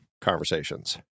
conversations